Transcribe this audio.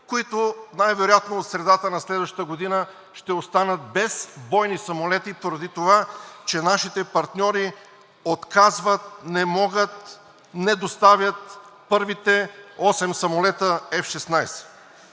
които най-вероятно от средата на следващата година ще останат без бойни самолети, поради това че нашите партньори отказват, не могат, не доставят първите осем самолета F-16.